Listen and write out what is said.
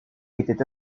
était